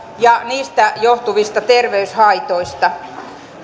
ja niistä johtuvista terveyshaitoista